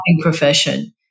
profession